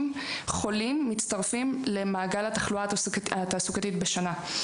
חולים מצטרפים למעגל התחלואה התעסוקתית בשנה.